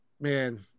man